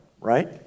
right